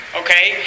okay